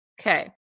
Okay